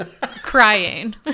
crying